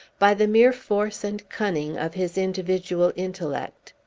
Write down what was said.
by the mere force and cunning of his individual intellect!